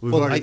well i